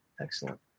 Excellent